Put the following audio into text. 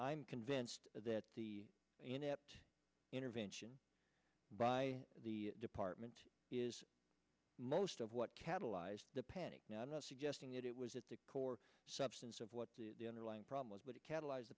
i'm convinced that the inept intervention by the department is most of what catalyzed the panic now i'm not suggesting that it was at the core substance of what the underlying problem was but it catalyzed the